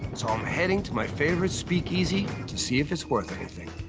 so i'm heading to my favorite speakeasy to see if it's worth anything.